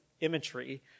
imagery